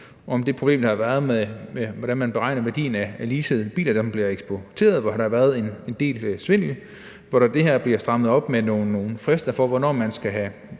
om det problem, der har været med at beregne værdien af leasede biler, altså dem, der bliver eksporteret, hvor der har været en del svindel, ligesom der også bliver strammet op på nogle frister for, hvornår man skal have